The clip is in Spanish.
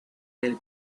del